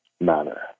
manner